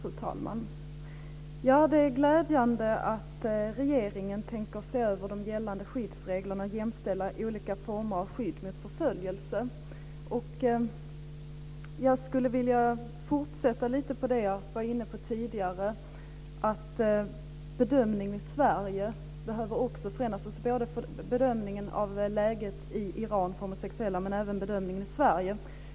Fru talman! Det är glädjande att regeringen tänker se över de gällande skyddsreglerna och jämställa olika former av skydd undan förföljelse. Jag skulle vilja fortsätta lite grann med det som jag var inne på tidigare, att bedömningen i Sverige också behöver förändras, både bedömningen av läget i Iran för homosexuella men även bedömningen i Sverige.